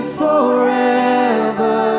forever